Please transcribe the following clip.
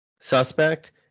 suspect